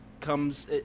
comes